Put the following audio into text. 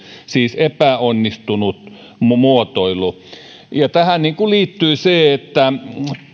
siis epäonnistunut muotoilu tähän liittyy se että